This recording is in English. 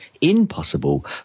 impossible